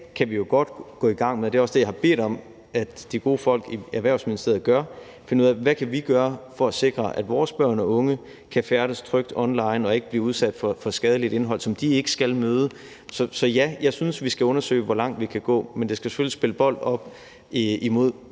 kan vi jo godt gå i gang med – og det er også det, jeg har bedt de gode folk i Erhvervsministeriet om at gøre – at finde ud af, hvad vi kan gøre for at sikre, at vores børn og unge kan færdes trygt online og ikke bliver udsat for skadeligt indhold, som de ikke skal møde. Så ja, jeg synes, at vi skal undersøge, hvor langt vi kan gå, men det skal selvfølgelig spille bold op imod